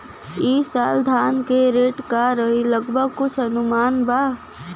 ई साल धान के रेट का रही लगभग कुछ अनुमान बा?